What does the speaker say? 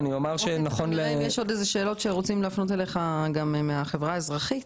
יש עוד שאלות שרוצים להפנות אליך מהחברה האזרחית.